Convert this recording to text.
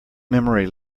memory